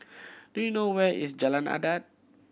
do you know where is Jalan Adat